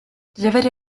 delivered